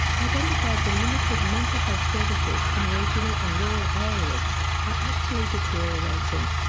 identified the limited mental health services in regional and rural areas are actually deteriorating.